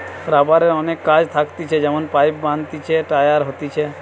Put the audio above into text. রাবারের অনেক কাজ থাকতিছে যেমন পাইপ বানাতিছে, টায়ার হতিছে